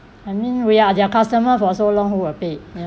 I mean we are their customer for so long who will pay